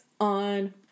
on